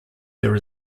there